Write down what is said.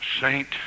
Saint